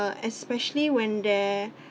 especially when they're